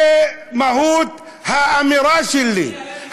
זו מהות האמירה שלי.